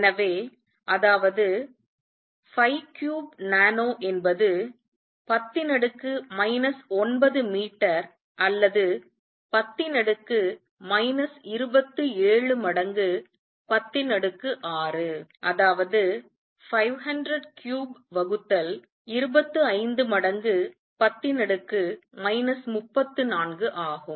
எனவே அதாவது 53 நானோ என்பது 10 9 மீட்டர் அல்லது 10 27மடங்கு 106 அதாவது 500 க்யூப் வகுத்தல் 25 மடங்கு 10 34ஆகும்